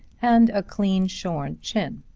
and a clean-shorn chin.